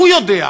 הוא יודע,